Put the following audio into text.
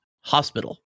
hospital